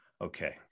Okay